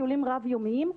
טיולים רב-יומיים.